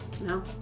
No